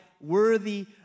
worthy